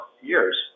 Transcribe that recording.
years